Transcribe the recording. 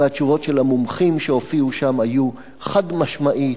התשובות של המומחים שהופיעו שם היו: חד-משמעית,